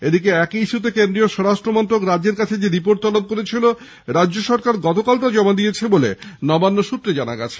এদিকে একই ইস্যুতে কেন্দ্রীয় স্বরাষ্ট্রমন্ত্রক রাজ্যের কাছে যে রিপোর্ট তলব করেছিল রাজ্য গতকাল তা জমা দিয়েছে বলে নবান্ন সৃত্রে জানা গিয়েছে